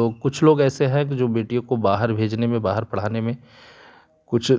लोग कुछ लोग ऐसे है जो बेटियों को बाहर भेजने में बाहर पढ़ाने में कुछ